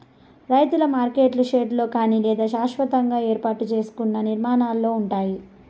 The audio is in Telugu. రైతుల మార్కెట్లు షెడ్లలో కానీ లేదా శాస్వతంగా ఏర్పాటు సేసుకున్న నిర్మాణాలలో ఉంటాయి